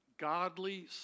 godly